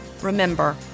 Remember